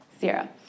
Sierra